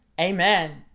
amen